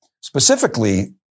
Specifically